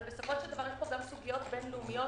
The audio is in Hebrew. אבל יש פה גם סוגיות בין-לאומיות,